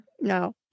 No